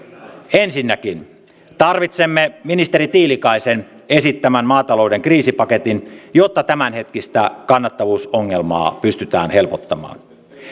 ensinnäkin tarvitsemme ministeri tiilikaisen esittämän maatalouden kriisipaketin jotta tämänhetkistä kannattavuusongelmaa pystytään helpottamaan